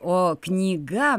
o knyga